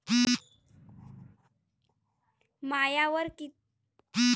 मायावर कितीक कर्ज बाकी हाय, हे मले सांगान का?